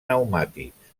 pneumàtics